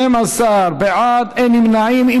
12 בעד, אין נמנעים.